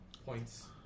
Points